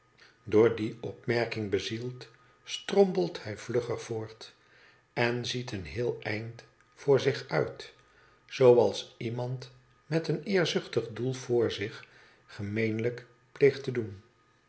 ar die opmerking bezield strompelt hij vlugger voortj en ziet een heel eind voor zich uit zooals iemand met een eerzuchtig doel vr zich gemeenlijk pleegt te doen